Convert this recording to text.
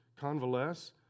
convalesce